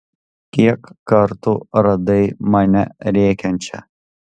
kiek kartų radai mane rėkiančią